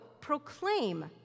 proclaim